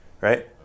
right